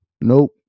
Nope